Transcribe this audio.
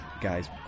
guys